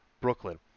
brooklyn